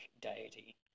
deity